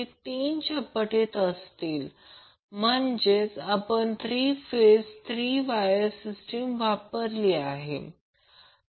जर पुन्हा आकृतीवर गेला तर या प्रकरणात ते व्होल्टेज आहे ज्याला a b b c असे जर थोडे वरच्या दिशेने गेले तर चिन्हांकित केले आहे